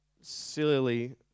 silly